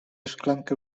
szklankę